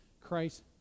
Christ